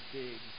big